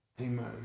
Amen